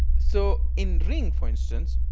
so in ring for instance